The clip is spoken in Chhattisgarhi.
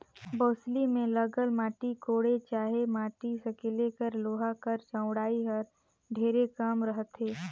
बउसली मे लगल माटी कोड़े चहे माटी सकेले कर लोहा कर चउड़ई हर ढेरे कम रहथे